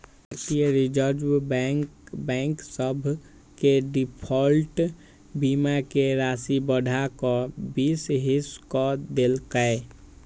भारतीय reserve bank bank सभ के डिफॉल्ट बीमा के राशि बढ़ा कऽ बीस हिस क देल्कै